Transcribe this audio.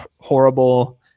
horrible